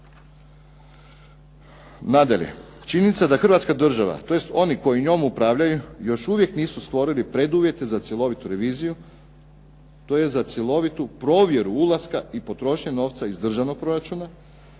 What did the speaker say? Nadalje, činjenica da Hrvatska država tj. oni koji njome upravljaju još uvijek nisu stvorili preduvjete za cjelovitu reviziju tj. za cjelovitu provjeru ulaska i potrošnju novca iz državnog proračuna